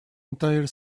entire